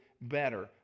better